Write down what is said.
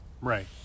right